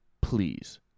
please